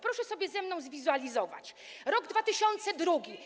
Proszę sobie ze mną zwizualizować rok 2002.